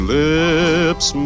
lips